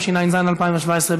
התשע"ז 2017,